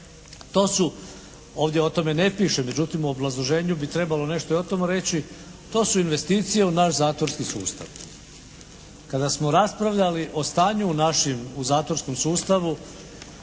to su, ovdje o tome ne piše, međutim u obrazloženju bi trebalo nešto i o tome reći, to su investicije u naš zatvorski sustav. Kada smo raspravljali o stanju u našem zatvorskom sustavu